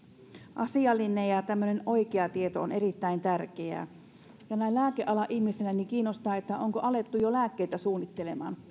asiallinen ja oikea tieto on erittäin tärkeää ja näin lääkealan ihmisenä kiinnostaa onko alettu jo lääkkeitä suunnittelemaan